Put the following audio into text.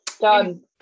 done